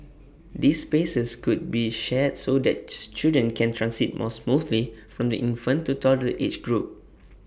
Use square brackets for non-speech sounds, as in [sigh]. these spaces could be shared so that [unintelligible] children can transit more smoothly from the infant to toddler age group